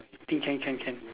think can can can